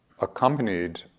accompanied